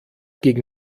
gegen